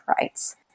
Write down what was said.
Rights